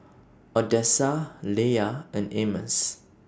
Odessa Leia and Amos